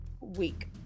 week